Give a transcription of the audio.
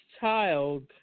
child